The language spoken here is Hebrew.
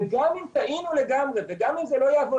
וגם אם טעינו לגמרי וגם אם זה לא יעבוד